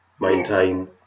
maintain